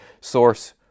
source